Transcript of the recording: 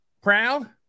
proud